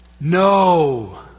No